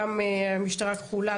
גם המשטרה הכחולה,